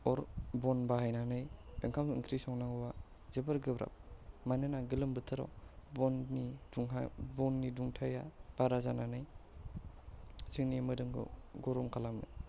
अर बन बाहायनानै ओंखाम ओंख्रि संनांगौबा जोबोर गोब्राब मानोना गोलोम बोथोराव बननि दुंनाय बननि दुंथाया बारा जानानै जोंनि मोदोमखौ गरम खालामो